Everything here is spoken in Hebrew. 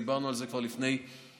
דיברנו על זה כבר לפני שבועיים-שלושה.